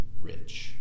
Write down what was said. rich